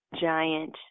giant